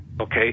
okay